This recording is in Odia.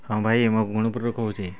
ହଁ ଭାଇ ମୁଁ ଗୁଣପୁରରୁ କହୁଛି